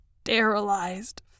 sterilized